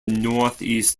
northeast